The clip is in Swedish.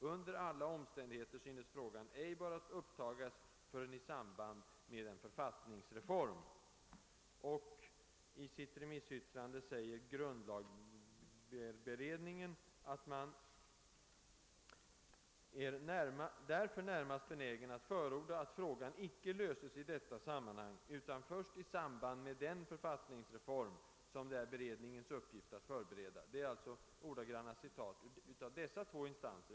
Under alla om ständigheter synes frågan ej böra upptagas förrän i samband med en författningsreform.» Vidare säger grundlagberedningen: »Beredningen är därför närmast benägen att förorda att frågan icke löses i detta sammanhang utan först i samband med den författningsreform, som det är beredningens uppgift att förbereda.» Detta är alltså ordagranna citat ur dessa båda instansers yttranden.